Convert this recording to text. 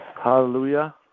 Hallelujah